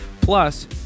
Plus